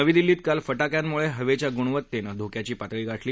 नवी दिल्लीत काल फटाक्यांमुळे हवेच्या गुणवत्तेनं धोक्याची पातळी गाठली